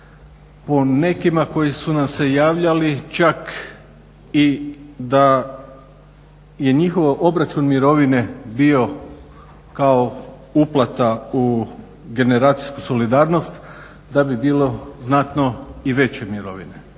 Po nekima koji su nam se javljali čak i da je njihov obračun mirovine bio kao uplata u generacijsku solidarnost da bi bilo znatno i veće mirovine.